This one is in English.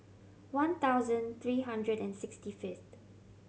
one thousand three hundred and sixty fifth